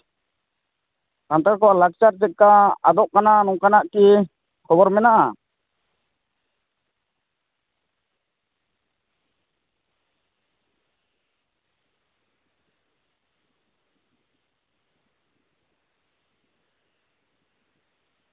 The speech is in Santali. ᱥᱟᱱᱛᱟᱲ ᱠᱚᱣᱟᱜ ᱞᱟᱠᱪᱟᱨ ᱪᱮᱫᱞᱮᱠᱟ ᱟᱫᱚᱜ ᱠᱟᱱᱟ ᱱᱚᱝᱠᱟᱱᱟᱜ ᱠᱤ ᱠᱷᱚᱵᱚᱨ ᱢᱮᱱᱟᱜᱼᱟ